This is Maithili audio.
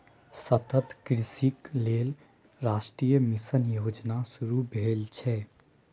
सतत कृषिक लेल राष्ट्रीय मिशन योजना शुरू भेल छै